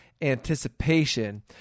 anticipation